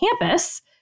campus